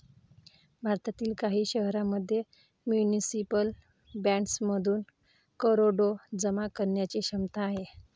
भारतातील काही शहरांमध्ये म्युनिसिपल बॉण्ड्समधून करोडो जमा करण्याची क्षमता आहे